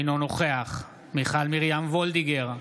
אינו נוכח מיכל מרים וולדיגר,